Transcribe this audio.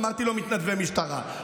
אמרתי לו: מתנדבי משטרה.